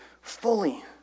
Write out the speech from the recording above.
fully